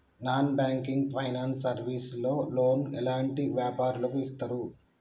Non banking finance service లో loan ఎలాంటి వ్యాపారులకు ఇస్తరు?